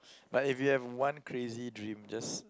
like if you have one crazy dream just